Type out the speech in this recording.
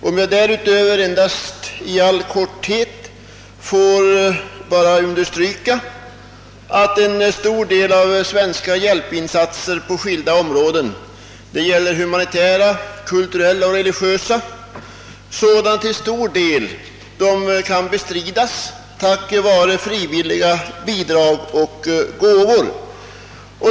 Låt mig därutöver i korthet endast få understryka att en stor del av de svenska hjälpinsatserna på humanitära, kulturella och religiösa områden kan fullgöras endast tack vare frivilliga bidrag och gåvor.